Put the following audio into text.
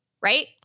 Right